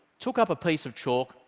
took up a piece of chalk,